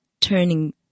turning